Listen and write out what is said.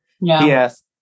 yes